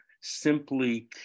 simply